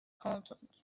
content